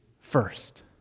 first